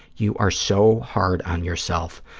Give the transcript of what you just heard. you are so hard on yourself.